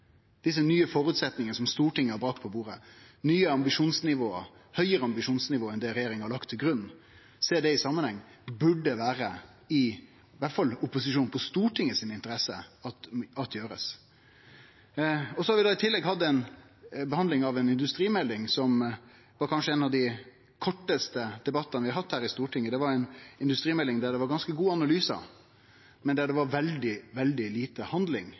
desse nye føresetnadene som Stortinget har brakt på bordet – med eit høgare ambisjonsnivå enn det regjeringa har lagt til grunn i ein næringsmiddelindustriell samanheng – i alle fall burde vere i opposisjonen på Stortinget si interesse. I tillegg har vi hatt ei behandling av ei industrimelding, med kanskje ein av dei kortaste debattane vi har hatt her på Stortinget. Det var ei industrimelding med ganske gode analysar, men med veldig lite handling,